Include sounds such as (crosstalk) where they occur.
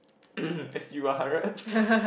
(noise) S_G-one-hundred